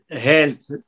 health